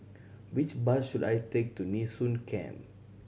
which bus should I take to Nee Soon Camp